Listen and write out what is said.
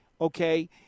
okay